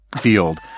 field